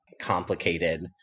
complicated